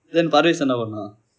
then parves என்ன பன்னான்:enna pannaan